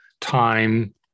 time